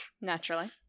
Naturally